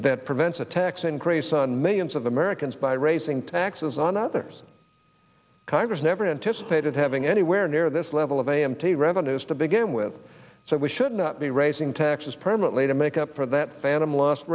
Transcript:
that prevents a tax increase on millions of americans by raising taxes on others congress never anticipated having anywhere near this level of a m t revenues to begin with so we should not be raising taxes permanently to make up for that phantom lost